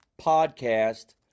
podcast